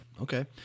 okay